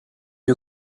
you